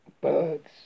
birds